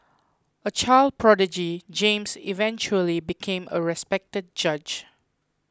a child prodigy James eventually became a respected judge